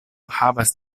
havas